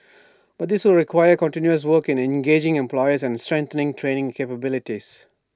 but this will require continuous work in engaging employers and strengthening training capabilities